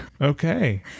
Okay